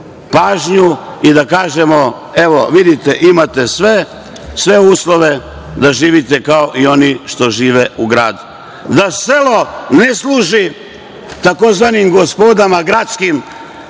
pažnju i da kažemo – evo, vidite, imate sve uslove da živite kao i oni što žive u gradu. Da selo ne služi tzv. gospodi gradskoj.